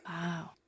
Wow